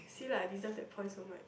see like I didn't take point so much